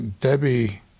Debbie